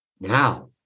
Now